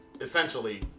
essentially